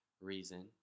reason